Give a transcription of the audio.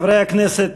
חברי הכנסת,